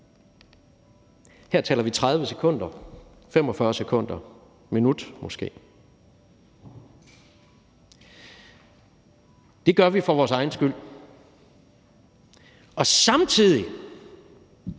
Her taler vi 30 sekunder, 45 sekunder, måske 1 minut. Det gør vi for vores egen skyld, og samtidig